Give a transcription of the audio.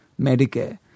Medicare